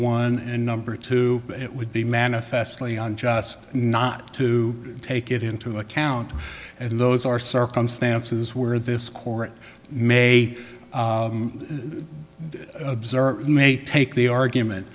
one and number two it would be manifestly on just not to take it into account and those are circumstances where this court may observe may take the argument